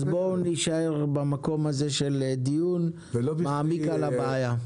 אז בואו נישאר במקום הזה של דיון מעמיק על הבעיה.